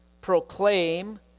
proclaim